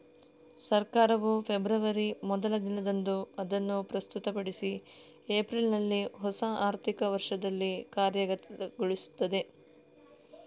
ಸರ್ಕಾರವು ಫೆಬ್ರವರಿ ಮೊದಲ ದಿನದಂದು ಅದನ್ನು ಪ್ರಸ್ತುತಪಡಿಸಿ ಏಪ್ರಿಲಿನಲ್ಲಿ ಹೊಸ ಆರ್ಥಿಕ ವರ್ಷದಲ್ಲಿ ಕಾರ್ಯಗತಗೊಳಿಸ್ತದೆ